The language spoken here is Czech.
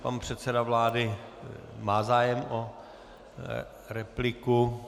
Pan předseda vlády má zájem o repliku.